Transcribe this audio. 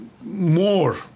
more